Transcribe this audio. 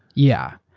yeah,